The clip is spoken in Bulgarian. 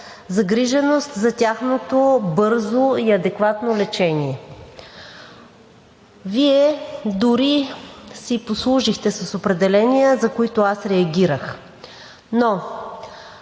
загриженост за тяхното бързо и адекватно лечение. Вие дори си послужихте с определения, за които аз реагирах, но